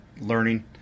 learning